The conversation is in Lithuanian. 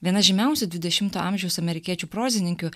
viena žymiausių dvidešimto amžiaus amerikiečių prozininkių